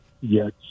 Yes